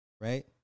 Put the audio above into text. Right